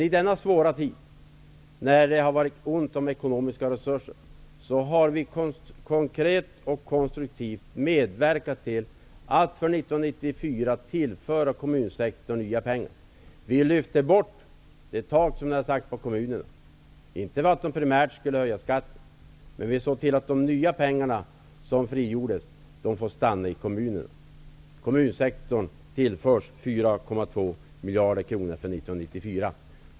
I denna svåra tid, när det har varit ont om ekonomiska resurser, har vi konkret och konstruktivt medverkat till att för 1994 tillföra kommunsektorn nya pengar. Vi lyfte bort det tak som ni har satt på kommunerna, men inte för att de primärt skulle höja skatten. Vi såg till att de nya pengar som frigjordes får stanna i kommunerna. 1994.